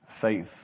faith